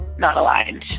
not aligned